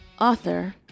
author